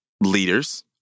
leaders